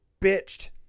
bitched